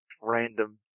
random